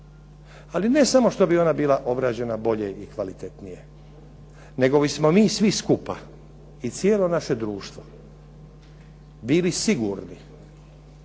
Ali ne samo što bi ona bila obrađena bolje i kvalitetnije nego bismo mi svi skupa i cijelo naše društvo bili sigurni